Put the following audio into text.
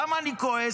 למה אני כועס?